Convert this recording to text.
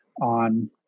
on